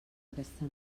aquesta